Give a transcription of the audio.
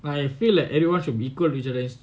I feel that everyone should be equal